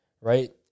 right